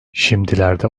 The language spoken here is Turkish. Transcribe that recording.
şimdilerde